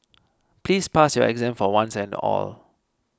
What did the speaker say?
please pass your exam for once and all